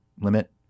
limit